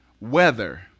weather